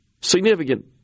Significant